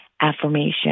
affirmation